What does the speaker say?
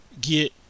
get